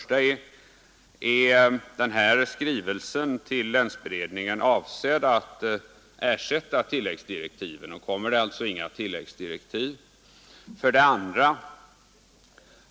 Är denna skrivelse till länsberedningen avsedd att ersätta tilläggsdirektiven, och kommer det alltså inga tilläggsdirektiv? 2.